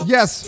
Yes